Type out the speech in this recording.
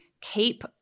keep